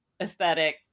aesthetic